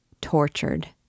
tortured